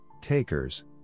takers